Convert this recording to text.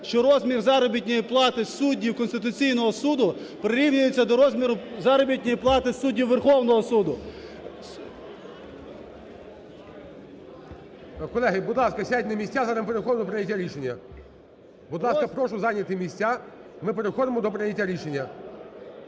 що розмір заробітної плати суддів Конституційного Суду прирівнюється до розміру заробітної плати суддів Верховного Суду. ГОЛОВУЮЧИЙ. Так, колеги, будь ласка, сядьте на місця. Зараз ми переходимо до прийняття рішення. Будь ласка, прошу зайняти місця. Ми переходимо до прийняття рішення.